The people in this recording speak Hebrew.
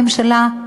הממשלה,